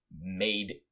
made